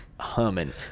humming